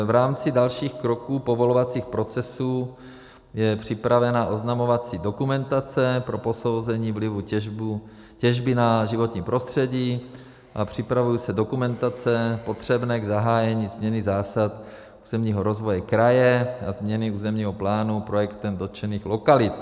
V rámci dalších kroků povolovacích procesů je připravena oznamovací dokumentace pro posouzení vlivu těžby na životní prostředí a připravují se dokumentace potřebné k zahájení změny zásad územního rozvoje kraje a změny územního plánu projektem dotčených lokalit.